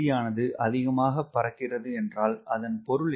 ஆனது அதிகமாக பறக்கிறது என்றால் அதன் பொருள் என்ன